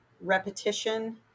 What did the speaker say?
repetition